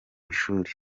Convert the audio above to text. ishuri